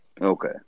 Okay